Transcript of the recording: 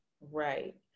Right